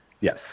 Yes